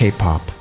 K-Pop